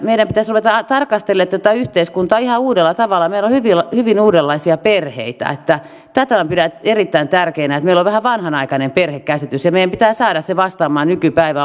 meidän pitäisi ruveta tarkastelemaan tätä yhteiskuntaa ihan uudella tavalla meillä on hyvin uudenlaisia perheitä ja tätä minä pidän erittäin tärkeänä että meillä on vähän vanhanaikainen perhekäsitys ja meidän pitää saada se vastaamaan nykypäivää